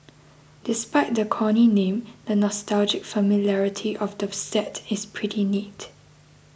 despite the corny name the nostalgic familiarity of the set is pretty neat